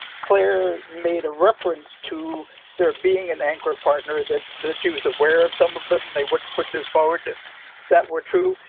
claire made a reference to there being an anchored partner that, that she was aware of some of them they wouldn't put this forward. that were true.